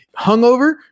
hungover